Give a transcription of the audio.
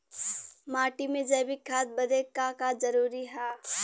माटी में जैविक खाद बदे का का जरूरी ह?